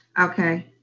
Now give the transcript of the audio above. okay